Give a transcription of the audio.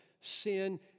sin